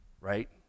right